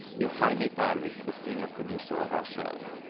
yochai maital is the senior producer of our show.